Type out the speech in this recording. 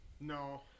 No